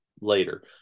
later